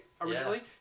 originally